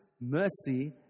mercy